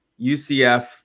UCF